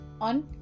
on